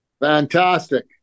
Fantastic